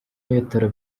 n’ibitaro